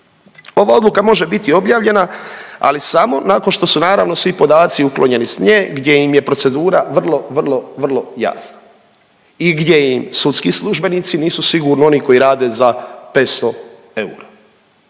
ova odluka može biti objavljena ali samo nakon što su naravno svi podaci uklonjeni s nje gdje im je procedura, vrlo, vrlo jasna i gdje im sudski službenici nisu sigurno oni koji rade za 500 eura.